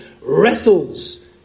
wrestles